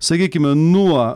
sakykime nuo